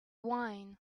wine